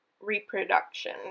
reproduction